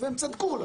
והם צדקו.